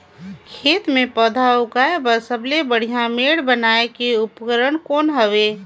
खेत मे पौधा उगाया बर सबले बढ़िया मेड़ बनाय के उपकरण कौन हवे?